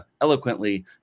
eloquently